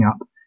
up